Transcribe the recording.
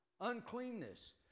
Uncleanness